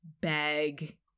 bag